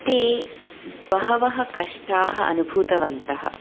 ते बहवः कष्टाः अनुभूतवन्तः